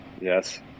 Yes